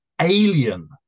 alien